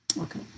okay